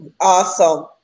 Awesome